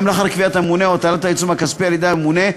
לאחר קביעת הממונה או הטלת העיצום הכספי על-ידי הממונה,